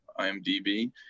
imdb